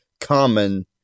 common